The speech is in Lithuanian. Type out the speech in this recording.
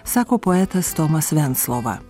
sako poetas tomas venclova